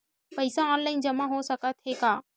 पईसा ऑनलाइन जमा हो साकत हे का?